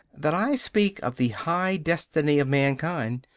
that i speak of the high destiny of mankind.